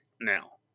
now